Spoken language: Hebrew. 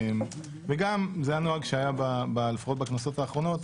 וגם זה הנוהג שהיה לפחות בכנסות האחרונות,